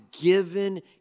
given